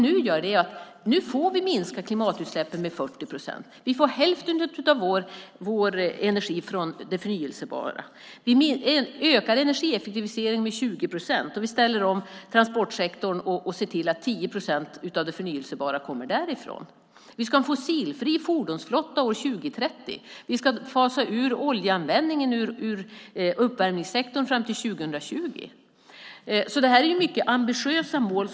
Nu får vi minska klimatutsläppen med 40 procent. Vi får hälften av vår energi från det förnybara. Vi ökar energieffektiviseringen med 20 procent. Vi ställer om transportsektorn och ser till att 10 procent av det förnybara kommer därifrån. Vi ska ha en fossilfri fordonsflotta år 2030. Vi ska fasa ut oljeanvändningen ur uppvärmningssektorn till 2020. Vi har satt upp mycket ambitiösa mål.